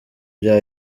bya